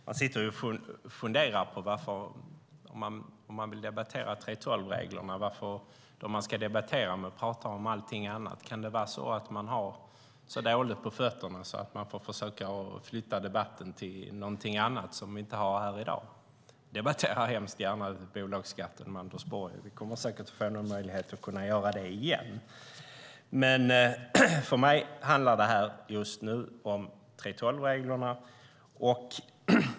Herr talman! Om vi ska debattera 3:12-reglerna, varför vill man då tala om allt annat? Har man så dåligt på fötterna att man försöker flytta debatten till någonting annat som inte dagens debatt handlar om? Jag debatterar gärna bolagsskatten med Anders Borg, och vi kommer säkert att få möjlighet att göra det igen. Men för mig handlar debatten nu om 3:12-reglerna.